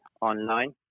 online